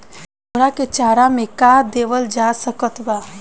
घोड़ा के चारा मे का देवल जा सकत बा?